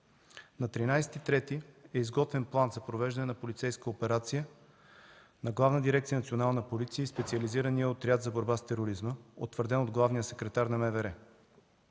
На 13 март е изготвен план за провеждане на полицейска операция на Главна дирекция „Национална полиция” и Специализирания отряд за борба с тероризма, утвърден от главния секретар на МВР.